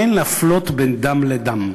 אין להפלות בין דם לדם.